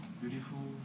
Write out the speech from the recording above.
beautiful